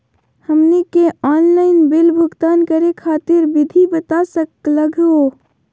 हमनी के online bill भुगतान करे खातीर विधि बता सकलघ हो?